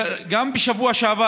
גם בשבוע שעבר,